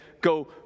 go